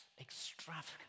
extravagant